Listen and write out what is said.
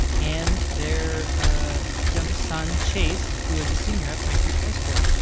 and their ah youngest son, chase, who is a senior at pine creek high school.